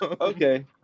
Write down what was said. Okay